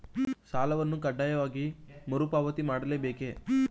ಸಾಲವನ್ನು ಕಡ್ಡಾಯವಾಗಿ ಮರುಪಾವತಿ ಮಾಡಲೇ ಬೇಕೇ?